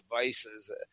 devices